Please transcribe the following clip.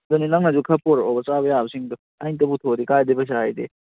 ꯑꯗꯨꯅꯤ ꯅꯪꯅꯁꯨ ꯈꯔ ꯄꯨꯔꯛꯑꯣꯕ ꯆꯥꯕ ꯌꯥꯕꯁꯤꯡꯗꯣ ꯑꯩꯅꯇ ꯄꯨꯊꯣꯛꯑꯗꯤ ꯀꯥꯏꯗꯩ ꯄꯩꯁꯥ ꯑꯩꯒꯤ